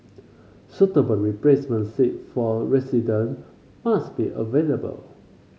suitable replacement site for resident must be available